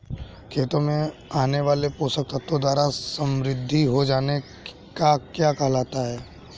खेतों में आने वाले पोषक तत्वों द्वारा समृद्धि हो जाना क्या कहलाता है?